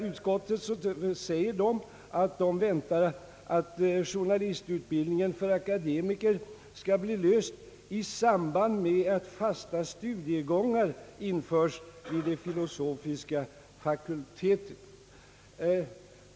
Utskottet väntar att problemet med journalistutbildningen skall bli löst »dock först när systemet med fasta studiegångar införts vid de filosofiska fakulteterna».